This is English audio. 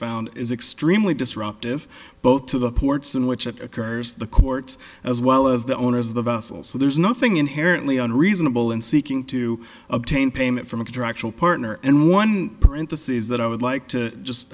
found is extremely disruptive both to the ports in which it occurs the courts as well as the owners of the vessel so there's nothing inherently and reasonable in seeking to obtain payment from a contractual partner and one parenthesis is that i would like to just